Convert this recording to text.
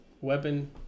weapon